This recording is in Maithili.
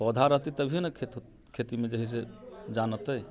पौधा रहते तभिये ने खेत खेतीमे जे है से जान औतै